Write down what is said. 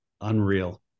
unreal